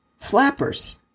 flappers